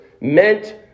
meant